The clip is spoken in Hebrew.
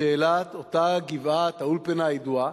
בשאלת אותה גבעת-האולפנה הידועה,